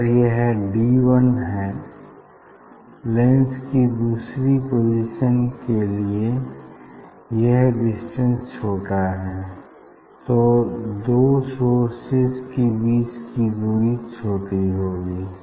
अगर यह D one है लेंस की दूसरी पोजीशन के लिए यह डिस्टेंस छोटा है तो दो सोर्सेज के बीच की दूरी छोटी होगी